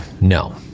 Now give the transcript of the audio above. no